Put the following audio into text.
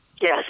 Yes